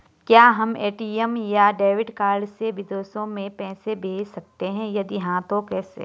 क्या हम ए.टी.एम या डेबिट कार्ड से विदेशों में पैसे भेज सकते हैं यदि हाँ तो कैसे?